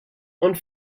und